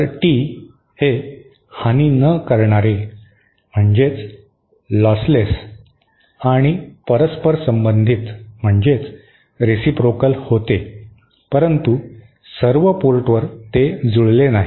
तर टी हानि न करणारे आणि परस्परसंबंधित होते परंतु सर्व पोर्टवर ते जुळले नाही